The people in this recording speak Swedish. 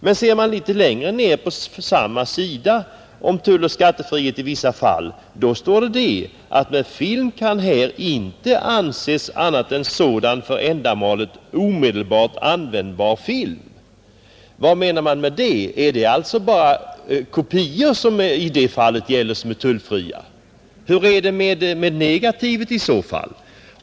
Men litet längre ned på samma sida, beträffande tulloch skattefrihet i vissa fall, står det att med film kan här inte avses annat än sådan för ändamålet omedelbart användbar film. Vad menar man med det? Det är alltså bara kopior som i det fallet är tullfria. Hur är det med negativet i så fall?